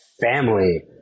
family